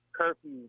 curfew